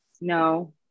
no